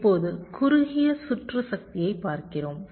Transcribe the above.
இப்போது குறுகிய சுற்று சக்தியைப் பார்க்கிறோம்